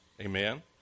Amen